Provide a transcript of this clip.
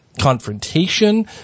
confrontation